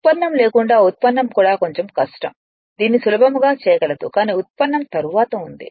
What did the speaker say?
ఉత్పన్నం లేకుండా ఉత్పన్నం కూడా కొంచెం కష్టం దీన్ని సులభంగా చేయగలదు కాని ఉత్పన్నం తరువాత ఉంది